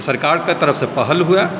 सरकारक तरफसँ पहल हुए